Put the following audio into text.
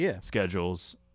schedules